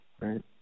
Right